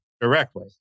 directly